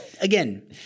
again